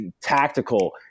tactical